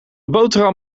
boterham